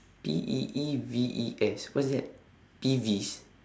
P E E V E S what's that peeves